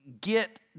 Get